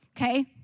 okay